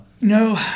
No